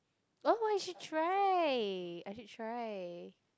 oh I should try I should try